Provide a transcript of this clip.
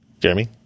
Jeremy